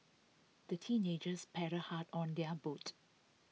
the teenagers paddled hard on their boat